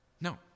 No